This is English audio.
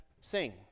Sing